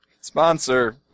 Sponsor